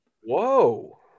Whoa